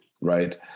Right